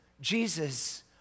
Jesus